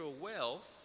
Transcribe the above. wealth